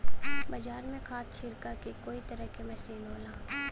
बाजार में खाद छिरके के कई तरे क मसीन होला